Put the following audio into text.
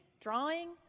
drawing